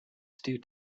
stew